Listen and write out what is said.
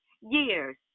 years